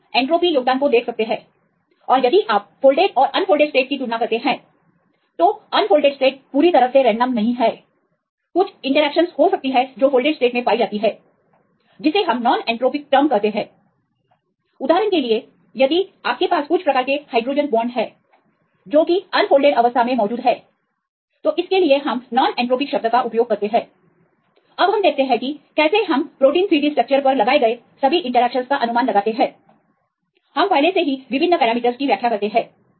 हम एन्ट्रापी योगदान को देख सकते हैं और यदि आप फोल्डेड स्टेट और अनफोल्डेड स्टेट की तुलना करते हैं तो अनफोल्डेड स्टेट पूरी तरह से रैंडम नहीं है कुछ इंटरेक्शनस हो सकती है जो फोल्डेड स्टेट में पाई जाती है जिसे हम नॉन एंट्रोपिक शब्द कहते हैं उदाहरण के लिए यदि आपके पास कुछ प्रकार के हाइड्रोजन बॉन्ड हैं जो कि अनफोल्डेड अवस्था में मौजूद हैं तो इसके लिए हम नॉन एंट्रोपिक शब्द का उपयोग करते हैं अब हम देखते हैं कि कैसे हम प्रोटीन 3D स्ट्रक्चरस पर लगाए गए सभी इंटरैक्शन का अनुमान लगाते हैं हम पहले से ही विभिन्न पैरामीटरस की व्याख्या करते हैं